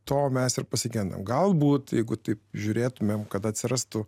to mes ir pasigendam galbūt jeigu taip žiūrėtumėm kad atsirastų